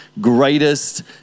greatest